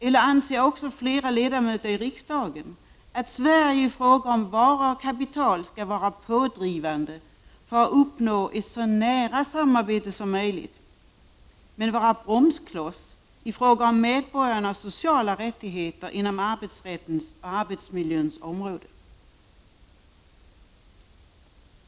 Är det möjligen så att flera ledamöter i riksdagen anser att Sverige skall vara pådrivande i fråga om varor och kapital för att uppnå ett så nära samarbete som möjligt, men vara bromskloss i fråga om medborgarnas sociala rättigheter inom arbetsrättens och arbetsmiljöns område?